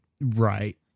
right